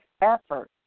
effort